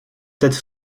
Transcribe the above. tête